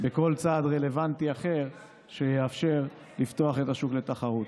כל צעד רלוונטי אחר שיאפשר לפתוח את השוק לתחרות.